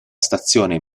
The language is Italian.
stazione